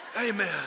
Amen